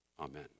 Amen